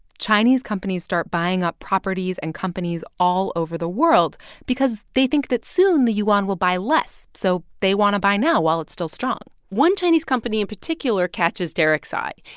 chinese companies start buying up properties and companies all over the world because they think that, soon, the yuan will buy less. so they want to buy now while it's still strong one chinese company in particular catches derek's eye.